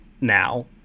now